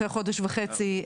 אחרי חודש וחצי,